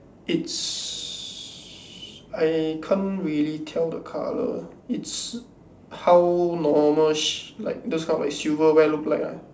it's I can't really tell the colour it's how normal sh~ like those kind of silverware look like ah